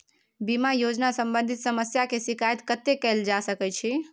बीमा योजना सम्बंधित समस्या के शिकायत कत्ते कैल जा सकै छी?